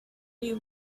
you